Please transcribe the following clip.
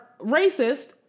racist